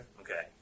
Okay